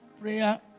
prayer